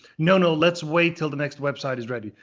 no, no, let's wait until the next website is ready.